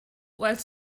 while